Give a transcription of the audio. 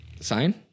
sign